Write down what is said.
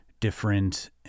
different